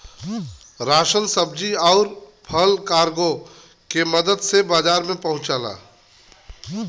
ration सब्जी आउर फल कार्गो के मदद से बाजार तक पहुंचला